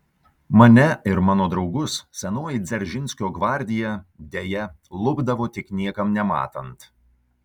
mane ir mano draugus senoji dzeržinskio gvardija deja lupdavo tik niekam nematant